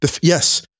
yes